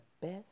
best